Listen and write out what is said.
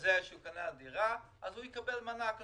חוזה שהוא קנה דירה, אז הוא יקבל מענק כזה.